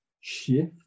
shift